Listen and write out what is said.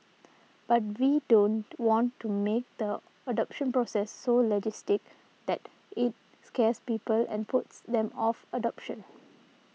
but we don't want to make the adoption process so legalistic that it scares people and puts them off adoption